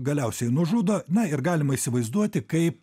galiausiai nužudo na ir galima įsivaizduoti kaip